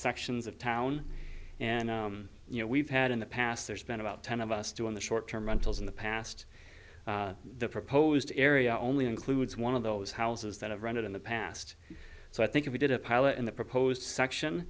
sections of town and you know we've had in the past there's been about ten of us do on the short term rentals in the past the proposed area only includes one of those houses that have run it in the past so i think if we did a pilot in the proposed section